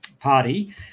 party